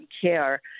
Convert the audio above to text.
care